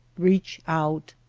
reach out!